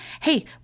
hey